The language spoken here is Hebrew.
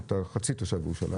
אתה חצי תושב ירושלים.